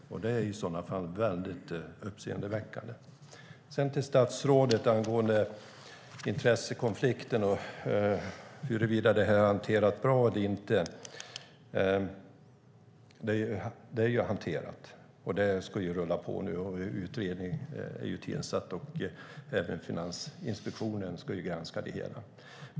Det är i sådana fall väldigt uppseendeväckande. Jag vänder mig sedan till statsrådet angående intressekonflikten och huruvida detta har hanterats bra eller inte. Det är hanterat, och det ska rulla på nu. En utredning är tillsatt, och även Finansinspektionen ska granska det hela.